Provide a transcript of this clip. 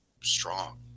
strong